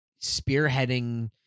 spearheading